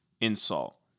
insult